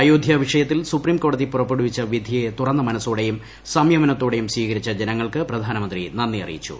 അയോധ്യ വീഷ്യത്തിൽ സുപ്രീംകോടതി പുറപ്പെടുവിച്ച വിധിയെ തുറന്ന മനസ്സോടെയും സംയമനത്തോടെയും സ്വീകരിച്ച ജനങ്ങൾക്ക് പ്രധാനമന്ത്രി നന്ദി അറിയിച്ചു